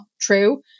true